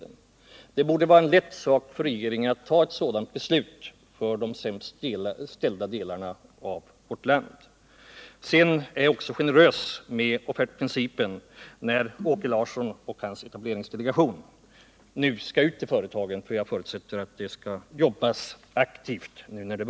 Men det borde vara en lätt sak för regeringen att fatta ett sådant beslut, ett beslut för de sämst ställda delarna av vårt land. När det nu börjar vända bör regeringen också vara positiv till offertprincipen då Åke Larssons delegation nu skall ut och jobba aktivt i företagen.